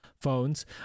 phones